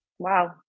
Wow